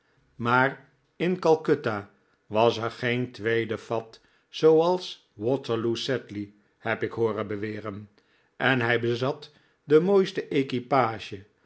maar in calcutta was er geen tweede fat zooals waterloo sedley heb ik hooren beweren en hij bezat de mooiste